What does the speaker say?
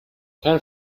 kein